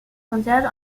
mondiale